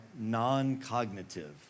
non-cognitive